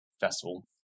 festival